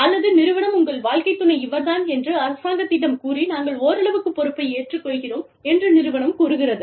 அல்லது நிறுவனம் உங்கள் வாழ்க்கைத் துணை இவர் தான் என்று அரசாங்கத்திடம் கூறி நாங்கள் ஓரளவுக்கு பொறுப்பை ஏற்றுக்கொள்கிறோம் என்று நிறுவனம் கூறுகிறது